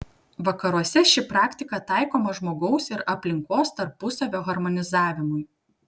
vakaruose ši praktika taikoma žmogaus ir aplinkos tarpusavio harmonizavimui